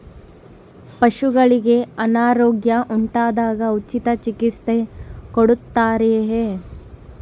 ಪಶುಗಳಿಗೆ ಅನಾರೋಗ್ಯ ಉಂಟಾದಾಗ ಉಚಿತ ಚಿಕಿತ್ಸೆ ಕೊಡುತ್ತಾರೆಯೇ?